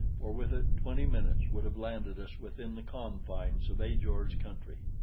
for with it, twenty minutes would have landed us within the confines of ajor's country.